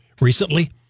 recently